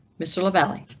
mr. lavalley